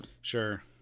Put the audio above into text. sure